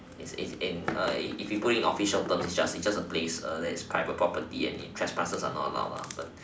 is is in a if you put in official terms it's just it's just a place ah that is private property and trespassers are not allowed ah but